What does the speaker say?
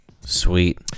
Sweet